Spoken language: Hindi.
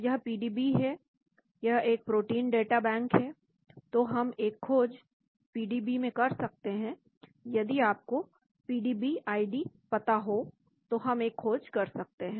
यह पीडीबी है यह एक प्रोटीन डाटा बैंक है तो हम एक खोज पीडीबी में कर सकते हैं यदि आपको पीडीबी आईडी पता हो तो हम एक खोज कर सकते हैं